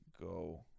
go